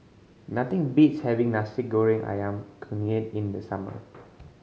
nothing beats having Nasi Goreng Ayam Kunyit in the summer